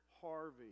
Harvey